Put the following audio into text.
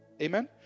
Amen